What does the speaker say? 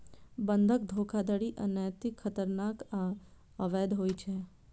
बंधक धोखाधड़ी अनैतिक, खतरनाक आ अवैध होइ छै